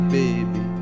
baby